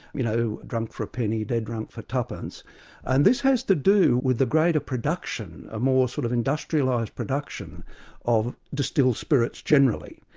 you know, drunk for a penny, dead drunk for tuppence' and this has to do with the greater production, a more sort of industrialised production of distilled spirits generally.